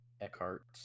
Eckhart